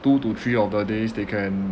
two to three of the days they can